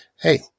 Hey